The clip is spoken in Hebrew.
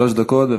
שלוש דקות.